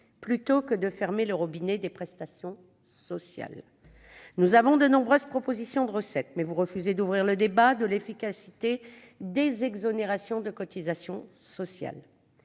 plutôt que de fermer le robinet des prestations sociales. Nous avons de nombreuses propositions de recettes, mais vous refusez d'ouvrir le débat sur l'efficacité des exonérations de cotisations sociales.